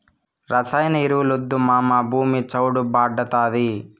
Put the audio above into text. రసాయన ఎరువులొద్దు మావా, భూమి చౌడు భార్డాతాది